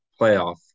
playoff